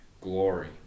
glory